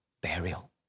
burial